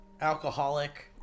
alcoholic